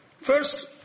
First